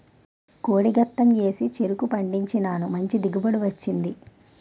కోడి గెత్తెం ఏసి చెరుకు పండించినాను మంచి దిగుబడి వచ్చింది